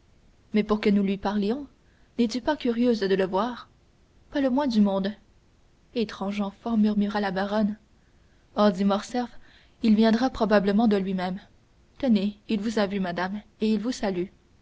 mais pour que nous lui parlions n'es-tu pas curieuse de le voir pas le moins du monde étrange enfant murmura la baronne oh dit morcerf il viendra probablement de lui-même tenez il vous a vue madame et il vous salue